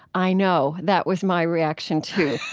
i know that was my reaction too.